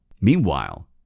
Meanwhile